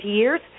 years